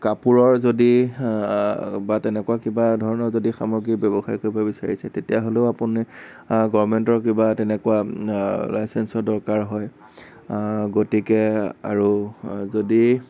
কাপোৰৰ যদি বা তেনেকুৱা কিবা ধৰণৰ যদি সামগ্ৰী ব্যৱসায় কৰিব বিচাৰিছে তেতিয়াহ'লেও আপুনি গভৰ্ণৰ্মেণ্টৰ কিবা তেনেকুৱা কিবা লাইচেঞ্চৰ দৰকাৰ হয় গতিকে আৰু যদি